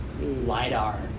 LIDAR